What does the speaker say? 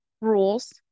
rules